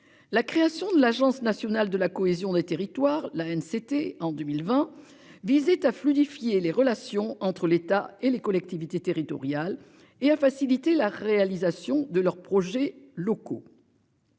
la création de l'Agence nationale de la cohésion des territoires, la haine, c'était en 2020. Visite à fluidifier les relations entre l'État et les collectivités territoriales et à faciliter la réalisation de leurs projets locaux.